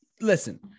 Listen